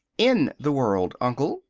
in the world, uncle,